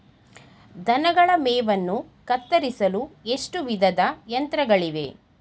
ದನಗಳ ಮೇವನ್ನು ಕತ್ತರಿಸಲು ಎಷ್ಟು ವಿಧದ ಯಂತ್ರಗಳಿವೆ?